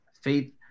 faith